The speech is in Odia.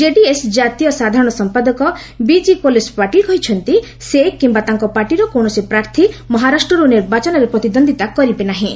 କେଡିଏସ୍ ଜାତୀୟ ସାଧାରଣ ସମ୍ପାଦକ ବିଜି କୋଲ୍ସେ ପାଟିଲ୍ କହିଛନ୍ତି ସେ କିମ୍ବା ତାଙ୍କ ପାର୍ଟିର କୌଣସି ପ୍ରାର୍ଥୀ ମହାରାଷ୍ଟ୍ରରୁ ନିର୍ବାଚନରେ ପ୍ରତିଦ୍ୱନ୍ଦ୍ୱିତା କରିବେ ନାହିଁ